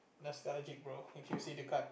nostalgic bro if you see the card